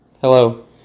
Hello